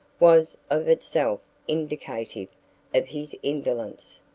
was of itself indicative of his indolence.